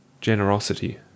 Generosity